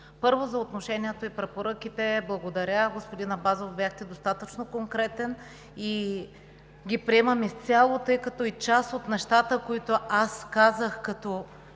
Първо, за отношението и препоръките – благодаря, господин Абазов. Бяхте достатъчно конкретен и ги приемам изцяло, тъй като и част от нещата, които аз казах, като